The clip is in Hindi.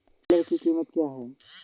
टिलर की कीमत क्या है?